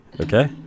okay